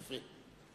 יפה.